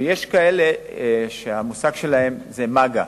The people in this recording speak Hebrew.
ויש כאלה שקוראים להן "מג"א"